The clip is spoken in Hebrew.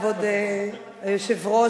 כבוד היושב-ראש,